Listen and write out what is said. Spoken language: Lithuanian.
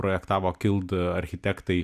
projektavo kild architektai